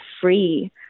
free